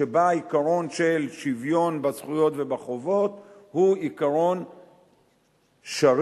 שבה העיקרון של שוויון בזכויות ובחובות הוא עיקרון שריר,